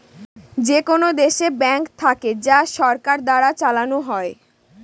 যেকোনো দেশে ব্যাঙ্ক থাকে যা সরকার দ্বারা চালানো হয়